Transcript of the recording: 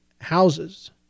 houses